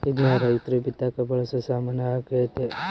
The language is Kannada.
ಇದ್ನ ರೈರ್ತು ಬಿತ್ತಕ ಬಳಸೊ ಸಾಮಾನು ಆಗ್ಯತೆ